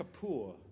Kapoor